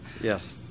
yes